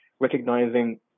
recognizing